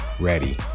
ready